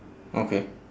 okay